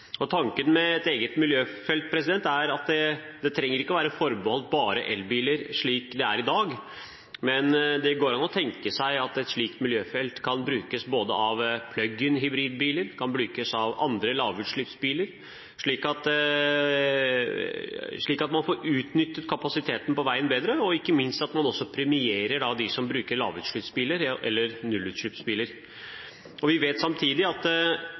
klimaforliket. Tanken er at et eget miljøfelt ikke trenger å være forbeholdt elbiler, slik det er i dag, det går an å tenke seg at et slikt miljøfelt kan brukes av både plug-in hybridbiler og andre lavutslippsbiler, slik at man får utnyttet kapasiteten på veien bedre, og ikke minst at man også premierer dem som bruker lavutslippsbiler eller nullutslippsbiler. Vi vet samtidig at